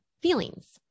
feelings